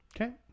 Okay